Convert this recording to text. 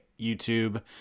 YouTube